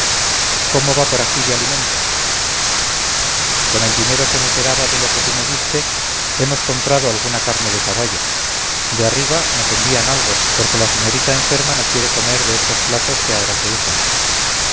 cómo va por aquí de alimentos con el dinero que me quedaba de lo que tú me diste hemos comprado alguna carne de caballo de arriba nos envían algo porque la señorita enferma no quiere comer de estos platos que ahora se usan